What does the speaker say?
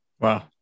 Wow